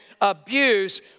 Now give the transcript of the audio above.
abuse